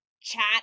chat